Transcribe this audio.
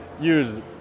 use